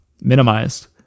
minimized